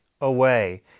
away